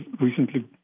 recently